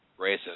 racist